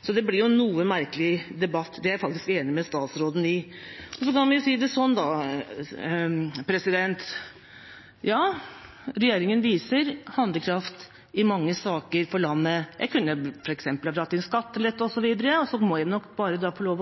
Så kan vi si det slik: Ja, regjeringen viser handlekraft i mange saker for landet. Jeg kunne ha dratt inn f.eks. skattelette. Men jeg må nok få lov til å